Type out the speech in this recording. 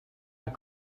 not